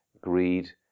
greed